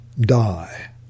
die